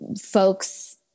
folks